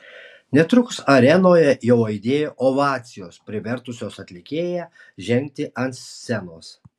netrukus arenoje jau aidėjo ovacijos privertusios atlikėją žengti ant scenos